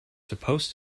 supposed